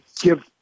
give